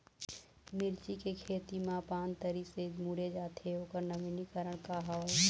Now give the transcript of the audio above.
मिर्ची के खेती मा पान तरी से मुड़े जाथे ओकर नवीनीकरण का हवे?